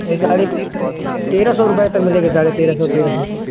ये साड़ी तेरह सौ रुपये तक मिलेगा साढ़े तेरह सौ तेरह सौ तक